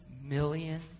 million